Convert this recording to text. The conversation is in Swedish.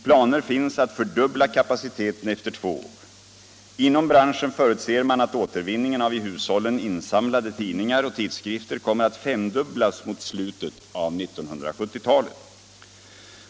Planer finns att fördubbla kapaciteten efter två år. Inom branschen förutser man att återvinningen av i hushållen insamlade tidningar och tidskrifter kommer att femdubblas mot slutet av 1970-talet.